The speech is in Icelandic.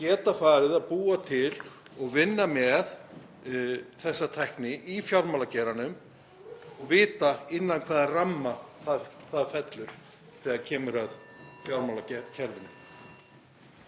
geta farið að búa til og vinna með þessa tækni í fjármálageiranum og vita innan hvaða ramma það fellur þegar kemur að fjármálakerfinu.